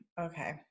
okay